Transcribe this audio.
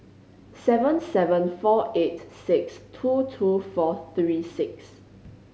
seven seven four eight six two two four three six